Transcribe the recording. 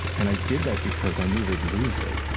and i did that because i knew they'd lose it,